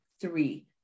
three